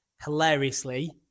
hilariously